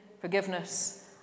forgiveness